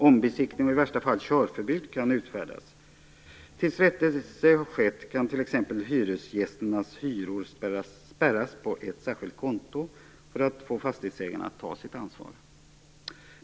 "Ombesiktning" och i värsta fall "körförbud" kan utfärdas. Tills rättelse skett kan t.ex. hyresgästernas hyror spärras på ett särskilt konto, för att få fastighetsägaren att ta sitt ansvar.